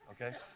Okay